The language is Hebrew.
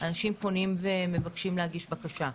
אנשים פונים ומבקשים להגיש בקשה.